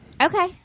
Okay